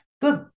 good